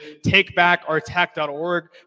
takebackourtech.org